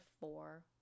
four